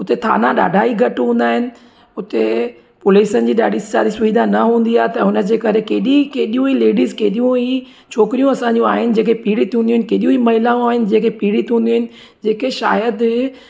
उते थाना ॾाढा ई घटि हूंदा आहिनि उते पुलिस जी ॾाढी सारी सुविधा न हूंदी आहे त हुन जे करे केॾी केॾियूं ई लेडिज़ केॾियूं ई छोकिरियूं असांजी आहिनि जेके पीड़ित हूंदियूं आहिनि केॾियूं ई महिलाऊं आहिनि जेके पीड़ित हूंदी आहिनि जेके शायदि